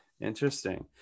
Interesting